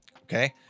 okay